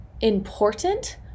important